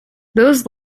those